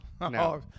No